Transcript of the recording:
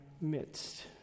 midst